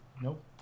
Nope